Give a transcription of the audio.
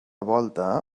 volta